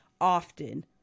often